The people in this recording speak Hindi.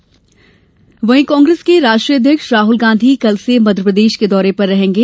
राहुल यात्रा कांग्रेस के राष्ट्रीय अध्यक्ष राहुल गांधी कल से मध्यप्रदेश के दौरे पर रहेंगे